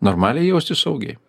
normaliai jaustis saugiai